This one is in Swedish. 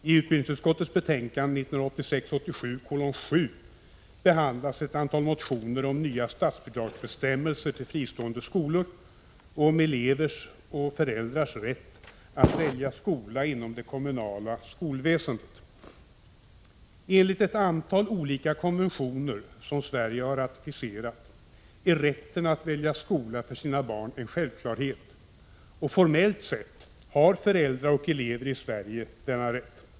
Fru talman! I utbildningsutskottets betänkande 1986/87:7 behandlas ett antal motioner om nya statsbidragsbestämmelser avseende fristående skolor och om elevers och föräldrars rätt att välja skola inom det kommunala skolväsendet. Enligt ett antal olika konventioner som Sverige har ratificerat är rätten att välja skola för sina barn en självklarhet, och formellt sett har föräldrar och elever i Sverige denna rätt.